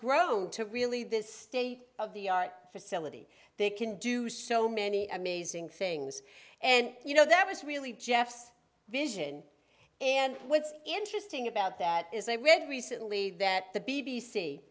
grown to really this state of the art facility they can do so many amazing things and you know that was really jeff's vision and what's interesting about that is i read recently that the b